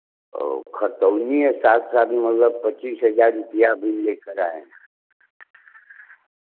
खतौनी है साथ साथ मतलब पच्चीस हज़ार रुपया भी लेकर आएँ